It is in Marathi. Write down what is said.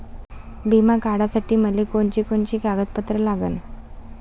बिमा काढासाठी मले कोनची कोनची कागदपत्र लागन?